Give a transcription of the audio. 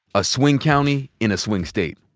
a swing county in a swing state.